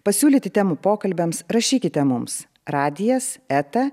pasiūlyti temų pokalbiams rašykite mums radijas eta